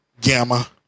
Gamma